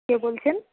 কে বলছেন